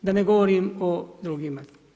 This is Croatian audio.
Da ne govorim o drugima.